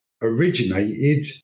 originated